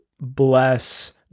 bless